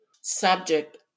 subject